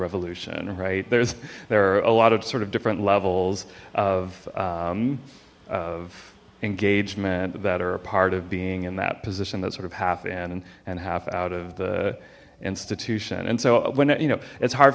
revolution right there's there are a lot of sort of different levels of of engagement that are a part of being in that position that sort of half in and and half out of the institution and so when it you know it's hard